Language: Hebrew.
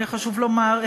חשוב לומר,